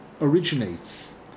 originates